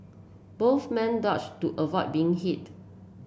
both men dodge to avoid being hit